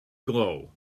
glow